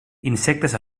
insectes